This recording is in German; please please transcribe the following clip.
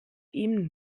ihm